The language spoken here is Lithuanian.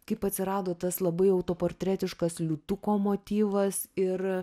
kaip atsirado tas labai autoportretiškas liūtuko motyvas ir